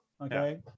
okay